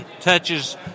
touches